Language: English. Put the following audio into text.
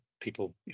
people